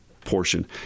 portion